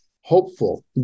hopeful